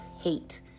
hate